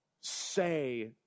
say